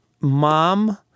mom